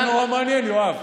חשבתי שזה נורא מעניין, יואב.